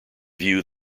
view